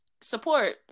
Support